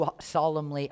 solemnly